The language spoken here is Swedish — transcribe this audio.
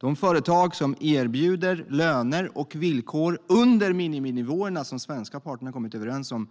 De företag som erbjuder löner och villkor under miniminivåerna som de svenska parterna har kommit överens om